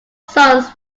sons